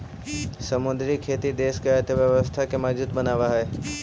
समुद्री खेती देश के अर्थव्यवस्था के मजबूत बनाब हई